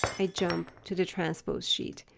i jump to the transpose sheet.